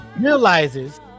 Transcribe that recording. realizes